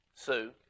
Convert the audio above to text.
Sue